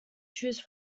choose